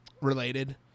related